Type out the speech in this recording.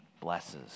blesses